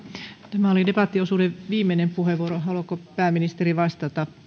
tämä oli debattiosuuden viimeinen puheenvuoro haluaako pääministeri vastata